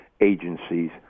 agencies